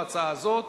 בהצעה הזאת,